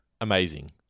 amazing